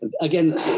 Again